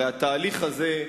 הרי התהליך הזה,